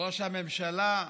ראש הממשלה,